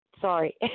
Sorry